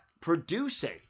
producing